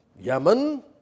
Yemen